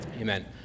Amen